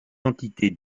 entités